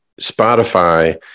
Spotify